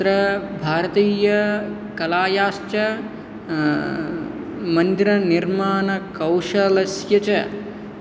तत्र भारतीयकलायाश्च मन्दिरनिर्माणकौशलस्य च